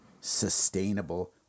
sustainable